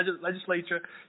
Legislature